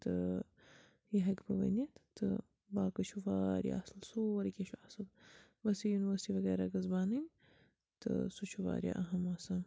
تہٕ یہِ ہیٚکہٕ بہٕ ؤنِتھ تہٕ باقٕے چھُ واریاہ اصٕل سورُے کیٚنٛہہ چھُ اصٕل بَس یہِ یونیورسٹی وغیرہ گٔژھ بَنٕنۍ تہٕ سُہ چھُ واریاہ اہم آسان